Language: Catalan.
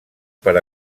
per